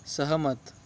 सहमत